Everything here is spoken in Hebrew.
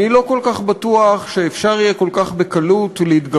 אני לא כל כך בטוח שאפשר יהיה כל כך בקלות להתגבר